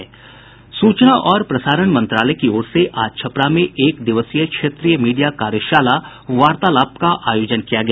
सूचना और प्रसारण मंत्रालय की ओर से आज छपरा में एक दिवसीय क्षेत्रीय मीडिया कार्यशाला वार्तालाप का आयोजन किया गया